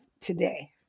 today